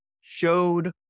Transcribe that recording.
showed